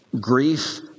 grief